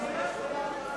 תתביישו לכם.